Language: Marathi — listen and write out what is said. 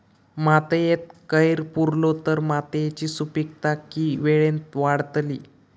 मातयेत कैर पुरलो तर मातयेची सुपीकता की वेळेन वाडतली?